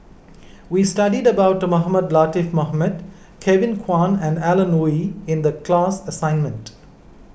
we studied about Mohamed Latiff Mohamed Kevin Kwan and Alan Oei in the class assignment